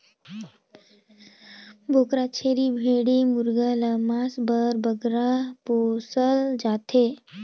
बोकरा, छेरी, भेंड़ी मुरगा ल मांस बर बगरा पोसल जाथे